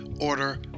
order